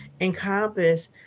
encompass